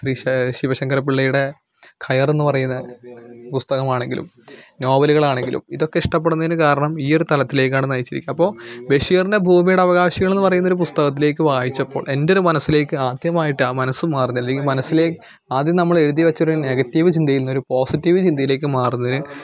ശ്രീ ശ ശിവശങ്കരപ്പിള്ളയുടെ കയർ എന്ന് പറയുന്ന പുസ്തകമാണെങ്കിലും നോവലുകളാണെങ്കിലും ഇതൊക്കെ ഇഷ്ടപ്പെടുന്നതിന് കാരണം ഈ ഒരു തലത്തിലേക്കാണ് നയിച്ചിരിക്കുക അപ്പോൾ ബഷീറിൻ്റെ ഭൂമിയുടെ അവകാശികളെന്ന് പറയുന്നൊരു പുസ്തകത്തിലേക്ക് വായിച്ചപ്പോൾ എന്റെ ഒരു മനസിലേക്ക് ആദ്യമായിട്ട് ആ മനസ്സും മാറുന്ന അല്ലെങ്കിൽ മനസിലേക്ക് ആദ്യം നമ്മളെഴുതി വെച്ച ഒരു നെഗറ്റീവ് ചിന്തയിൽ ഒരു പോസിറ്റീവ് ചിന്തയിലേക്ക് മാറുന്നതിന്